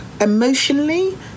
emotionally